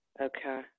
Okay